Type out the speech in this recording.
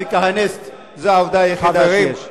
אתה מאשים את השמאל והערבים שיורקים על מדינת ישראל?